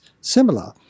similar